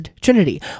Trinity